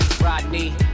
Rodney